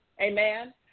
Amen